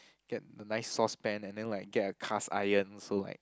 get the nice sauce pan and then like get a cast iron so like